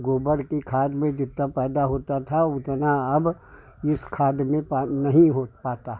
गोबर की खाद में जितना पैदा होता था उतना अब इस खाद में नहीं हो पाता